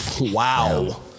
Wow